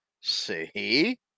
see